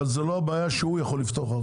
אבל זאת לא בעיה שהוא יכול לפתור.